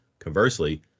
Conversely